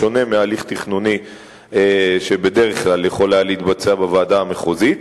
בשונה מהליך תכנוני שבדרך כלל יכול היה להתבצע בוועדה המחוזית,